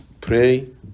Pray